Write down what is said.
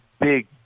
big